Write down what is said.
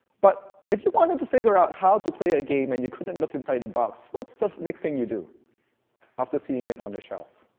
but if you wanted to figure out how to play a game and you couldn't look inside a box, what's the next thing you do after seeing it on the shelf?